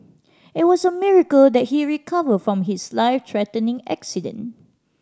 it was a miracle that he recovered from his life threatening accident